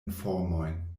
informojn